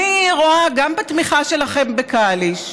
אני רואה גם בתמיכה שלכם בקליש,